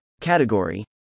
Category